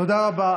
תודה רבה.